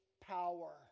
power